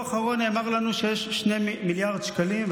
בשבוע האחרון נאמר לנו שיש 2 מיליארד שקלים,